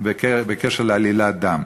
בקשר לעלילת דם.